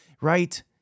right